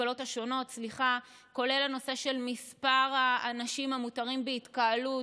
כולל הנושא של מספר האנשים המותר בהתקהלות,